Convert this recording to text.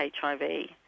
HIV